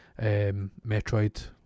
Metroid